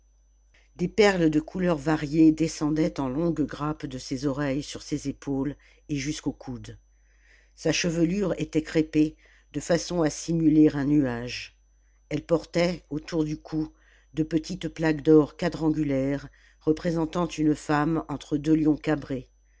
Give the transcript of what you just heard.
des perles de couleurs variées descendaient en longues grappes de ses oreilles sur ses épaules et jusqu'aux coudes sa chevelure était crêpée de façon à simuler un nuage elle portait autour du cou de petites plaques d'or quadrangulaires représentant une femme entre deux lions cabrés